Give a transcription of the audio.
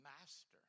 master